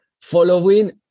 following